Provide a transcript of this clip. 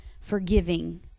forgiving